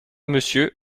monsieur